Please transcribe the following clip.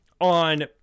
on